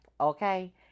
okay